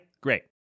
great